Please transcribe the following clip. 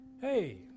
hey